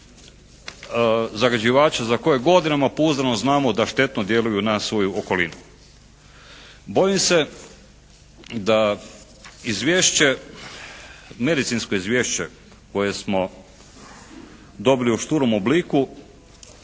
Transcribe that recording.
zagađivače za koje godinama pouzdano znamo da štetno djeluju na svoju okolinu. Bojim se da medicinsko izvješće koje smo dobili u šturom obliku